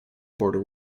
border